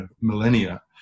millennia